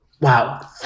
wow